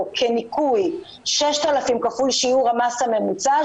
כניכוי 6,000 כפול שיעור המס הממוצע,